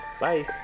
Bye